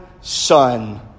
son